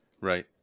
Right